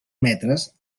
metres